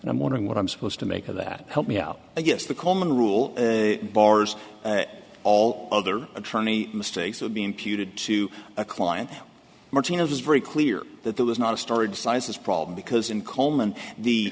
and i'm wondering what i'm supposed to make of that help me out i guess the coleman rule bars all other attorney mistakes would be imputed to a client martinez is very clear that there was not a storage sizes problem because in coleman the